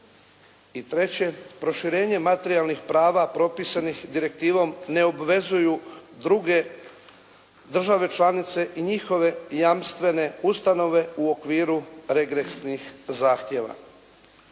treće, proširenje materijalnih prava propisanih direktivom ne obvezuju druge države članice i njihove jamstvene ustanove u okviru regresnih zahtjeva.